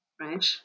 Right